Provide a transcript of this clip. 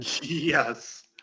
Yes